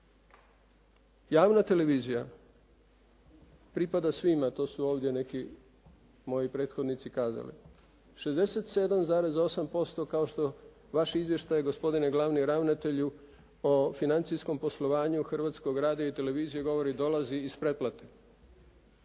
Javna televizija pripada svima, to su ovdje neki moji prethodnici kazali. 67,8% kao što vaš izvještaj gospodine glavni ravnatelju o financijskom poslovanju Hrvatskog radija i televizije govori, dolazi iz pretplate.